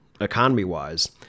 economy-wise